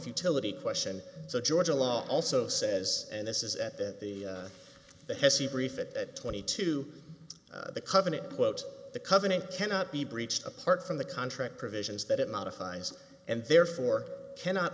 futility question so georgia law also says and this is at the the the heavy brief it twenty two the covenant quote the covenant cannot be breached apart from the contract provisions that it modifies and therefore cannot